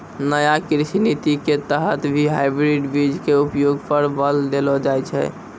नया कृषि नीति के तहत भी हाइब्रिड बीज के उपयोग पर बल देलो जाय छै